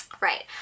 Right